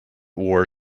war